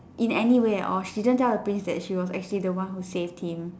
in any way at all she didn't tell the prince that she was actually the one who saved him